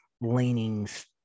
leanings